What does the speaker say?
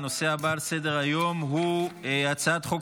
הנושא הבא על סדר-היום הוא הצעת חוק